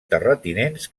terratinents